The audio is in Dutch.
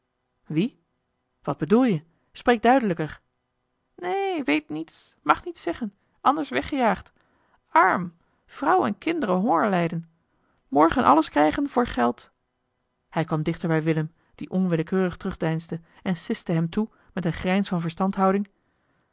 wie wat bedoel je spreek duidelijker neen weet niets mag niets zeggen anders weggejaagd arm vrouw en kinderen hongerlijden morgen alles krijgen voor geld hij kwam dichter bij willem die onwillekeurig terugdeinsde en siste hem toe met een grijns van verstandhouding